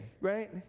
right